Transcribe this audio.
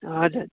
हजुर